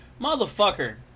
Motherfucker